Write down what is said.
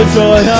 joy